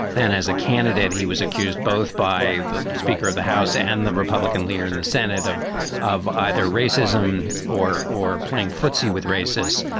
then as a candidate, he was accused both by the speaker of the house and the republican leader in the senate of of either racism or or playing footsie with racists,